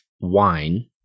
wine